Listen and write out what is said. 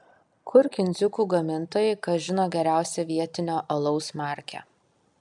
kur kindziukų gamintojai kas žino geriausią vietinio alaus markę